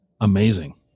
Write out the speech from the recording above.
amazing